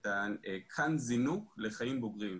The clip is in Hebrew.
את קו הזינוק לחיים בוגרים.